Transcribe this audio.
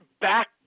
Back